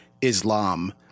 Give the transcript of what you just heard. Islam